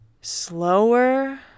slower